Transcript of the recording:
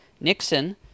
Nixon